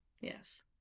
Yes